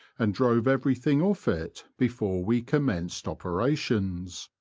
and drove everything off it before we commenced operations.